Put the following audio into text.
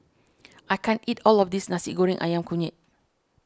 I can't eat all of this Nasi Goreng Ayam Kunyit